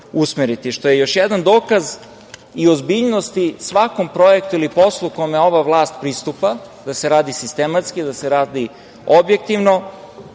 što je još jedan dokaz i ozbiljnost svakog projekta ili posla kojem ova vlast pristupa, da se radi sistematski, da se radi objektivno. Ono